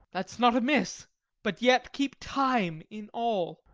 that's not amiss but yet keep time in all.